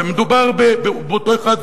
מדובר באותו אחד,